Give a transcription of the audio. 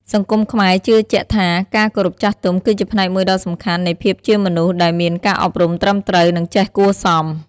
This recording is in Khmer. សង្គមខ្មែរជឿជាក់ថា ការគោរពចាស់ទុំគឺជាផ្នែកមួយដ៏សំខាន់នៃភាពជាមនុស្សដែលមានការអប់រំត្រឹមត្រូវ និងចេះគួរសម។